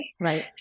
right